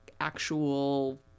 actual